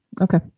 okay